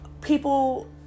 people